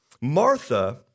Martha